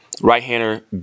right-hander